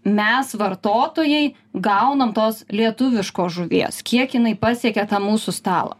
mes vartotojai gaunam tos lietuviškos žuvies kiek jinai pasiekia tą mūsų stalą